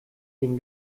den